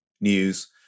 news